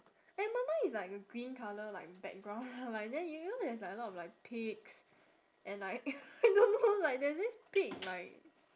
and mi~ mine is like a green colour like background like then you know there's like a lot of like pigs and like I don't know like there's this pig like